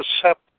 accept